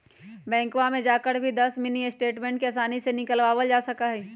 बैंकवा में जाकर भी दस मिनी स्टेटमेंट के आसानी से निकलवावल जा सका हई